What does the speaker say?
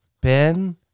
Ben